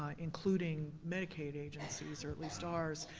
um including medicaid agencies, or at least ours.